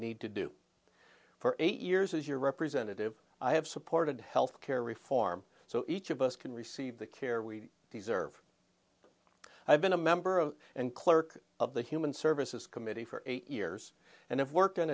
need to do for eight years as your representative i have supported health care reform so each of us can receive the care we deserve i've been a member of and clerk of the human services committee for eight years and it worked in